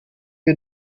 wir